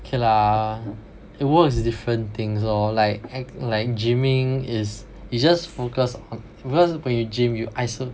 okay lah it works different things lor like act~ like gyming is is just focus on because when you gym you iso~